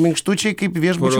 minkštučiai kaip viešbučio